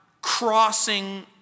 crossing